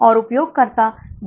अब यह 3 बसों के लिए है